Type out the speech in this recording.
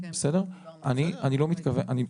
אני לא מתכוון,